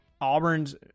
Auburn's